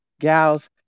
gals